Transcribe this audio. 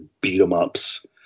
beat-em-ups